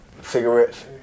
Cigarettes